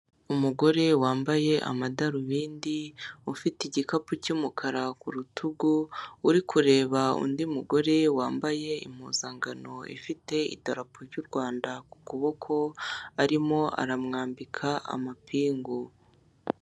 Umugore wambaye amadarubindi ufite igikapu cy'umukara ku rutugu uri kureba undi mugore wambaye impuzankano ifite idarapo ry'u Rwanda ku kuboko arimo aramwambika amapingu.